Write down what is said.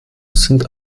sind